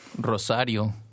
Rosario